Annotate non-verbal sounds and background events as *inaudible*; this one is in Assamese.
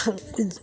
*unintelligible*